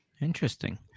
Interesting